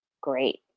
Great